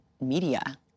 media